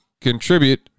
contribute